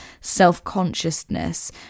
self-consciousness